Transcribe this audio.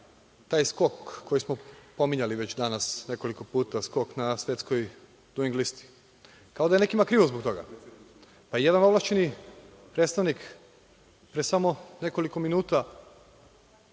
taj skok koji smo spominjali već danas nekoliko puta, skok na svetskoj „Duing listi“, kao da je nekima krivo zbog toga. Jedan ovlašćeni predstavnik pre samo nekoliko minuta